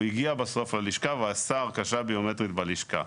הוא הגיע בסוף ללשכה ועשה הרכשה ביומטרית בלשכה.